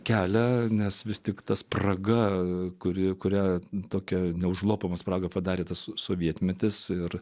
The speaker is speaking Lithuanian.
kelią nes vis tik ta spraga kuri kuria tokia neužlopoma spraga padarė tas sovietmetis ir